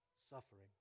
Suffering